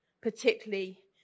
particularly